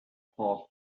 thought